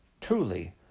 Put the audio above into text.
Truly